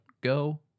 go